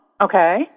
okay